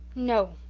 no,